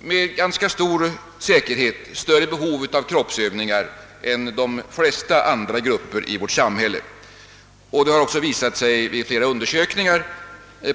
med ganska stor säkerhet större behov av kroppsövningar än de flesta andra grupper i vårt samhälle. Vid flera undersökningar